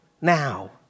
now